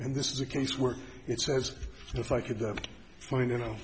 and this is a case where it says if i could find you